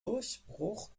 durchbruch